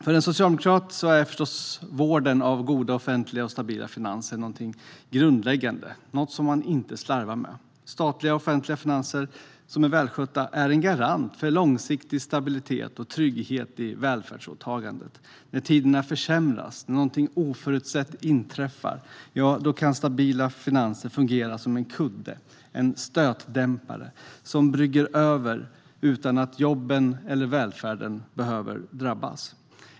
För en socialdemokrat är förstås vården av goda och stabila offentliga finanser någonting grundläggande och något som man inte slarvar med. Starka offentliga finanser som är välskötta är en garant för långsiktig stabilitet och trygghet i välfärdsåtagandet. När tiderna försämras, när någonting oförutsett inträffar, kan stabila finanser fungera som en kudde, en stötdämpare som brygger över utan att jobben eller välfärden behöver drabbas.